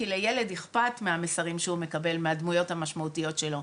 כי לילד אכפת מהמסרים שהוא מקבל מהדמויות המשמעותיות שלו,